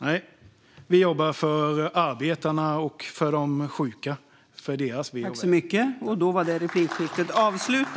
Nej, vi jobbar för arbetarna och för de sjuka, för deras väl och ve.